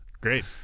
Great